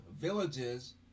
villages